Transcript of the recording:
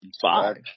Five